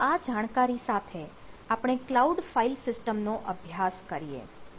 તો આ જાણકારી સાથે આપણે કલાઉડ ફાઇલ સિસ્ટમ નો અભ્યાસ કરીએ